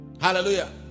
Hallelujah